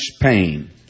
pain